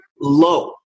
low